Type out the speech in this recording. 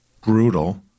brutal